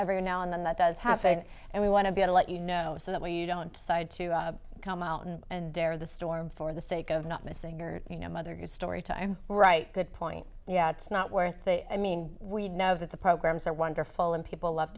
every now and then that does happen and we want to be to let you know so that when you don't decide to come out and bear the storm for the sake of not missing you know mother your story time right good point yeah it's not worth it i mean we know that the programs are wonderful and people love